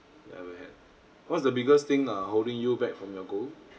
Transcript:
that I ever had what's the biggest thing uh holding you back from your goal